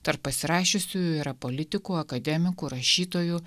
tarp pasirašiusiųjų yra politikų akademikų rašytojų